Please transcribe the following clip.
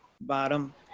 bottom